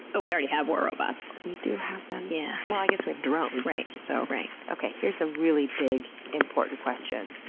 we already have war robots. we do have them. yeah. well, i guess we have drones, so. right. okay here's a really big, important question.